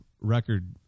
record